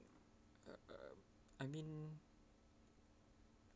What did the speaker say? uh uh uh I mean